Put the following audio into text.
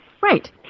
Right